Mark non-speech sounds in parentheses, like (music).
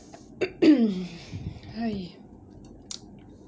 (coughs) (noise)